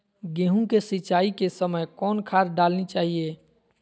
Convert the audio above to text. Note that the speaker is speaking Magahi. गेंहू के सिंचाई के समय कौन खाद डालनी चाइये?